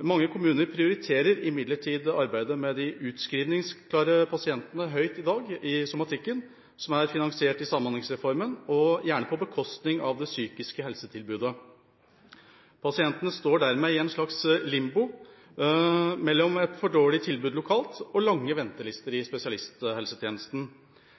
Mange kommuner prioriterer imidlertid arbeidet med de utskrivningsklare pasientene i somatikken høyt i dag – de er finansiert i Samhandlingsreformen og gjerne på bekostning av det psykiske helsetilbudet. Pasienten står dermed i en slags limbo, mellom et for dårlig tilbud lokalt og lange ventelister i spesialisthelsetjenesten.